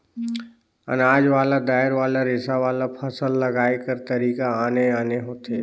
अनाज वाला, दायर वाला, रेसा वाला, फसल लगाए कर तरीका आने आने होथे